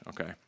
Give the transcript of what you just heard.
Okay